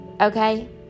okay